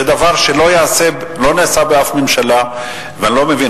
זה דבר שלא נעשה באף ממשלה, ואני לא מבין.